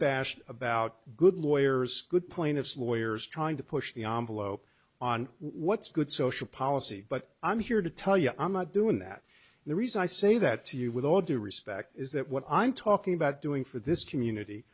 unabashed about good lawyers good point of sloyd trying to push the envelope on what's good social policy but i'm here to tell you i'm not doing that the reason i say that to you with all due respect is that what i'm talking about doing for this community